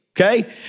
okay